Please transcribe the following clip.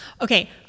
okay